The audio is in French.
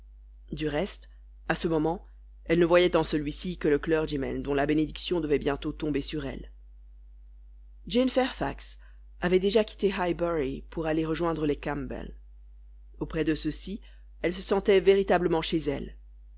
du reste à ce moment elle ne voyait en celui-ci que le clergyman dont la bénédiction devait bientôt tomber sur elle jane fairfax avait déjà quitté highbury pour aller rejoindre les campbell auprès de ceux-ci elle se sentait véritablement chez elle